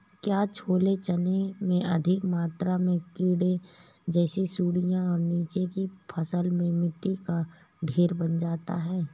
क्या छोले चने में अधिक मात्रा में कीट जैसी सुड़ियां और नीचे की फसल में मिट्टी का ढेर बन जाता है?